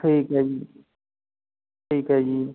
ਠੀਕ ਹੈ ਜੀ ਠੀਕ ਹੈ ਜੀ